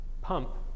pump